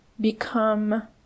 Become